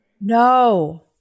No